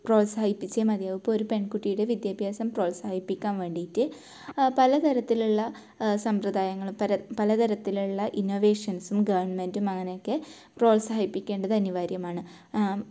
പ്രോത്സാഹിപ്പിച്ചേ മതിയാകൂ ഇപ്പം ഒരു പെൺകുട്ടിയുടെ വിദ്യാഭ്യാസം പ്രോത്സാഹിപ്പിക്കാൻ വേണ്ടീട്ട് പല തരത്തിലുള്ള സമ്പ്രദായങ്ങൾ പല പല തരത്തിലുള്ള ഇന്നവേഷൻസും ഗവൺമെന്റ് മാനൊക്കെ പ്രോത്സാഹിപ്പിക്കേണ്ടത് അനിവാര്യമാണ്